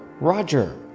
Roger